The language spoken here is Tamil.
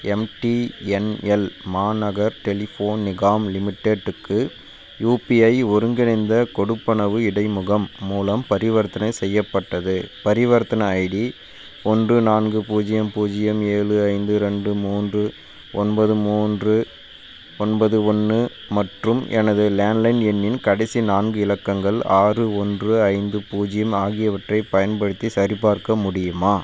எம்டிஎன்எல் மகாநகர் டெலிஃபோன் நிகாம் லிமிடெட்டுக்கு யுபிஐ ஒருங்கிணைந்த கொடுப்பனவு இடைமுகம் மூலம் பரிவர்த்தனை செய்யப்பட்டது பரிவர்த்தனை ஐடி ஒன்று நான்கு பூஜ்ஜியம் பூஜ்ஜியம் ஏழு ஐந்து ரெண்டு மூன்று ஒன்பது மூன்று ஒன்பது ஒன்று மற்றும் எனது லேண்ட்லைன் எண்ணின் கடைசி நான்கு இலக்கங்கள் ஆறு ஒன்று ஐந்து பூஜ்ஜியம் ஆகியவற்றைப் பயன்படுத்தி சரிபார்க்க முடியுமா